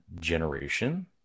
generation